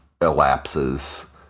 elapses